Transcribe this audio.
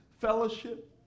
fellowship